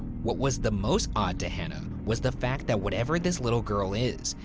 what was the most odd to hannah um was the fact that whatever this little girl is,